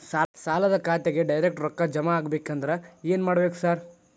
ಸಾಲದ ಖಾತೆಗೆ ಡೈರೆಕ್ಟ್ ರೊಕ್ಕಾ ಜಮಾ ಆಗ್ಬೇಕಂದ್ರ ಏನ್ ಮಾಡ್ಬೇಕ್ ಸಾರ್?